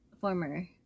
former